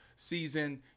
Season